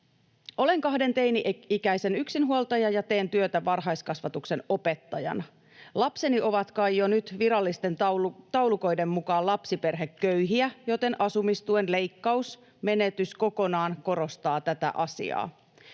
”Olen kahden teini-ikäisen yksinhuoltaja ja teen työtä varhaiskasvatuksen opettajana. Lapseni ovat kai jo nyt virallisten taulukoiden mukaan lapsiperheköyhiä, joten asumistuen leikkaus, menetys kokonaan korostaa tätä asiaa.